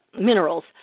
Minerals